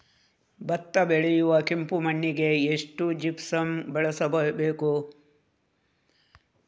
ಭತ್ತ ಬೆಳೆಯುವ ಕೆಂಪು ಮಣ್ಣಿಗೆ ಎಷ್ಟು ಜಿಪ್ಸಮ್ ಬಳಸಬೇಕು?